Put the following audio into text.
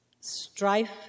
strife